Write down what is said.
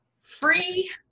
Free